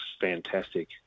fantastic